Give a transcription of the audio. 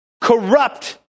corrupt